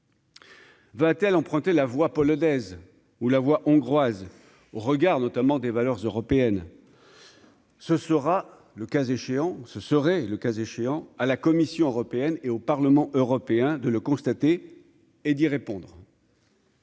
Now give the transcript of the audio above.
Va-t-elle emprunter la voix polonaise ou la voix hongroise regard notamment des valeurs européennes, ce sera le cas échéant, ce serait le cas échéant à la Commission européenne et au Parlement européen de le constater et d'y répondre.